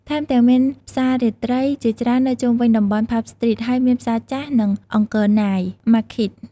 ថែមទាំងមានផ្សាររាត្រីជាច្រើននៅជុំវិញតំបន់ផាប់ស្ទ្រីត ហើយមានផ្សារចាស់ និង អង្គរណាយ ម៉ាឃីត (Angkor Night Market)។